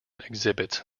exhibits